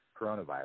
coronavirus